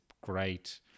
great